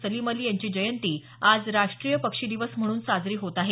सलिम अली यांची जयंती आज राष्ट्रीय पक्षी दिवस म्हणून साजरी होत आहे